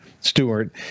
Stewart